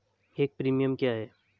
एक प्रीमियम क्या है?